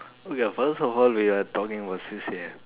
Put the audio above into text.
uh ya first of all we are talking about C_C_A